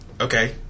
Okay